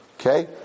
Okay